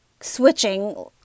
switching